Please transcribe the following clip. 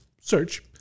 search